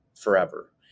forever